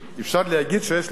אפשר להגיד שיש להם